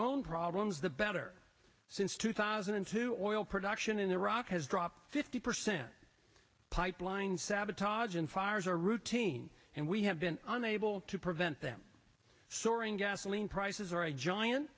own problems the better since two thousand and two oral production in iraq has dropped fifty percent pipelines sabotage and fires are routine and we have been unable to prevent them soaring gasoline prices or a giant